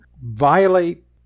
violate